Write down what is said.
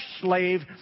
slave